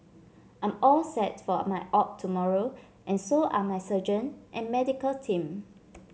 I'm all set for my op tomorrow and so are my surgeon and medical team